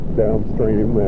downstream